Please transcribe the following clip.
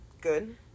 Good